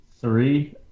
three